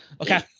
Okay